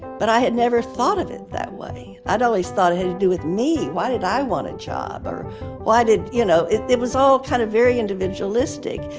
but i had never thought of it that way. i'd always thought it had to do with me. why did i want a job? or why did you know, it it was all kind of very individualistic,